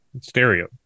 Stereo